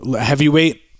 Heavyweight